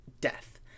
death